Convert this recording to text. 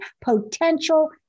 potential